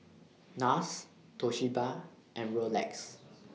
Nars Toshiba and Rolex